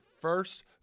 first